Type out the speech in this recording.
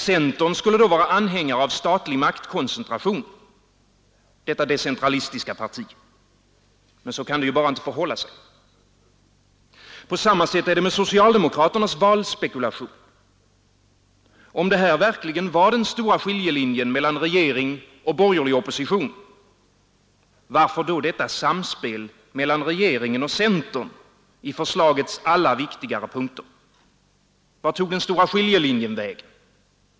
Centern skulle vara en anhängare av statlig maktkoncentration — detta decentralistiska parti. Men så kan det ju bara inte förhålla sig. På samma sätt är det med socialdemokraternas valspekulation. Om det här verkligen var den stora skiljelinjen mellan regering och borgerlig opposition — varför då detta samspel mellan regeringen och centern i förslagets alla viktigare punkter? Vart tog den stora skiljelinjen vägen?